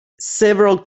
several